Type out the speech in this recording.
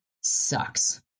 sucks